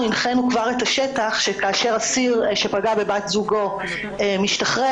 הנחינו כבר את השטח שכאשר אסיר שפגע בבת זוגו משתחרר,